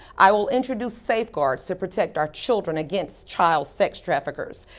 i will introduce safeguards to protect our children against child sex traffickers.